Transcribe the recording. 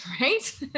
right